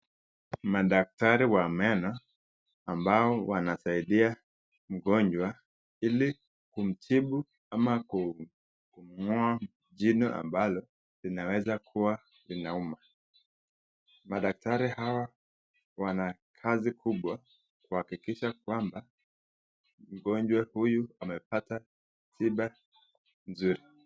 Madaktari wa meno ambao wanasaidia mgonjwa ili kumtibu ama kumng'oa jino ambalo linaweza kuwa linauma. Madaktari hawa wana kazi kubwa kuhakikisha kwamba mgonjwa huyu amepata tiba nzuri.